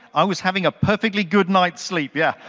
i was having a perfectly good night's sleep, yeah.